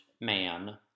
man